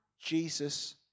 Jesus